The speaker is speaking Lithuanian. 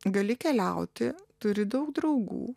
gali keliauti turi daug draugų